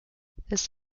this